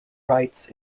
rights